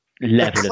level